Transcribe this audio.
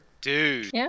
Dude